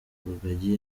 rugagi